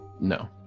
No